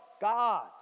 god